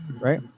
right